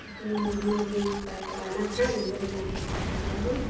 उसमें मोबिल ओबिल पलटवाना था इंजन उनजन ख़राब हो गया है